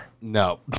No